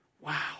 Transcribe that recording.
Wow